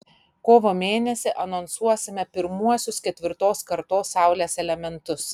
kovo mėnesį anonsuosime pirmuosius ketvirtos kartos saulės elementus